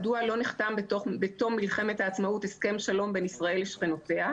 מדוע לא נחתם בתום מלחמת העצמאות הסכם שלום בין ישראל לשכנותיה?